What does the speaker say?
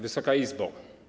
Wysoka Izbo!